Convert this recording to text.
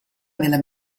nella